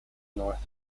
north